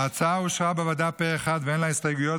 ההצעה אושרה בוועדה פה אחד ואין לה הסתייגויות,